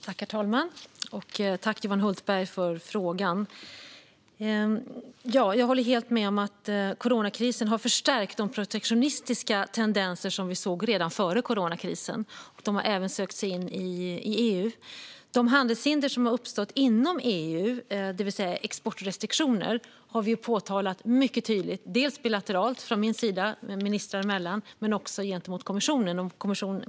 Herr talman! Jag tackar Johan Hultberg för frågan. Jag håller helt med om att coronakrisen har förstärkt de protektionistiska tendenser som vi såg redan före coronakrisen, och de har även sökt sig in i EU. De handelshinder som har uppstått inom EU, det vill säga exportrestriktioner, har vi påpekat mycket tydligt, både bilateralt från min sida ministrar emellan och gentemot kommissionen.